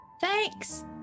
Thanks